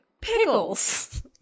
pickles